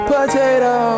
Potato